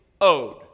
owed